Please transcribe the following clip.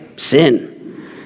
sin